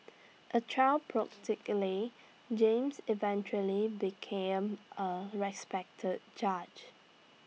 A child prodigally James eventually became A respected judge